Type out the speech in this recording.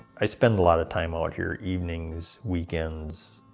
i spend a lot of time out here. evenings, weekends,